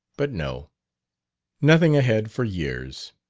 but no nothing ahead for years,